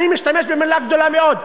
אני משתמש במילה גדולה מאוד,